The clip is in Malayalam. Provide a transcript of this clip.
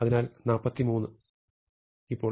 അതിനാൽ 43 ഇപ്പോൾ